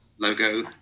Logo